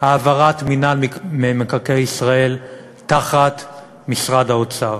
העברת מינהל מקרקעי ישראל תחת משרד האוצר,